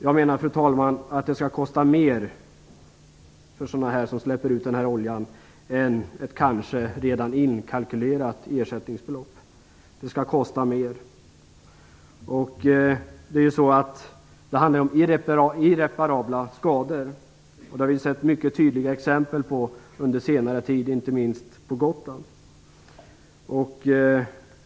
Jag menar, fru talman, att det skall kosta mer för dem som släpper ut olja än ett kanske redan inkalkylerat ersättningsbelopp. Det handlar om irreparabla skador, vilka vi har sett mycket tydliga exempel på under senare tid, inte minst på Gotland.